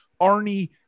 Arnie